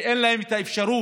כי אין להם את האפשרות